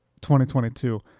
2022